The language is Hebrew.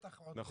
בטח עוד לא...